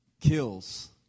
kills